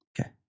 Okay